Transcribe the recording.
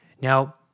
Now